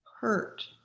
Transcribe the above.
hurt